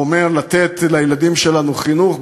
הוא אומר: לתת לילדים שלנו חינוך?